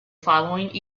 following